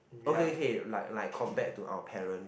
okay okay like like compared to our parents